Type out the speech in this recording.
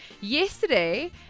Yesterday